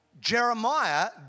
Jeremiah